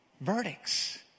verdicts